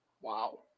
Wow